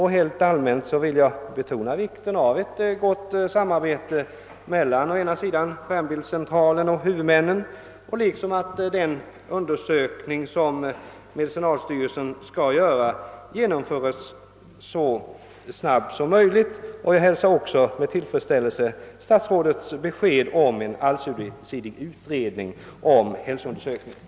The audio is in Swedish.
Helt allmänt vill jag dock betona vikten av ett gott samarbete mellan skärmbildscentralen och huvudmännen och av att den undersökning som medicinalstyrelsen skall företa sker så snabbt som möjligt. Jag hälsar också med tillfredsställelse statsrådets besked om en allsidig utredning beträffande hälsoundersökningarna.